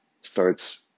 starts